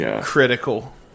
critical